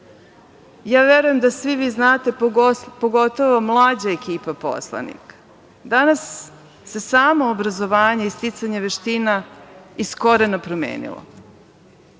ja verujem da svi vi znate, pogotovo mlađa ekipa poslanika, danas se samo obrazovanje i sticanje veština iz korena promenilo,